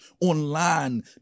online